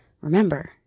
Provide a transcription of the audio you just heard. remember